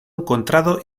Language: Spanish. encontrado